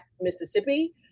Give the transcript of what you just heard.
Mississippi